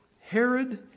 Herod